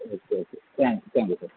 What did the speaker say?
ശരി ശരി thanks thank you sir